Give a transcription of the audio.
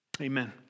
Amen